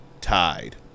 tied